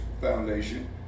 foundation